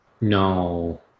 no